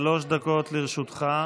שלוש דקות לרשותך.